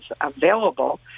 available